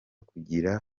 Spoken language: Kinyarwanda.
kugira